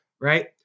Right